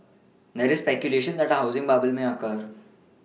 there is speculation that a housing bubble may occur